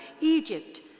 Egypt